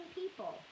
people